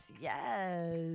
yes